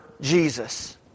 Jesus